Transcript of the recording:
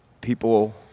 people